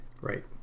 Right